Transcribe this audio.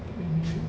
mmhmm